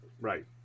right